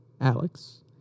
Alex